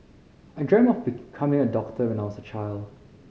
I dreamt of becoming a doctor when I was a child